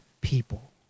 people